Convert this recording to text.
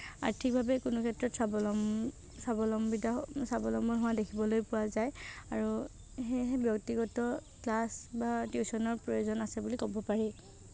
আৰ্থিকভাৱে কোনো ক্ষেত্ৰত স্বাৱলম স্বাৱলম্বিতা স্বাৱলম্বন হোৱা দেখিবলৈ পোৱা যায় আৰু সেয়েহে ব্যক্তিগত ক্লাছ বা টিউশ্যনৰ প্ৰয়োজন আছে বুলি ক'ব পাৰি